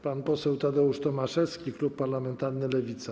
Pan poseł Tadeusz Tomaszewski, klub parlamentarny Lewica.